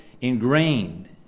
ingrained